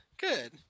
good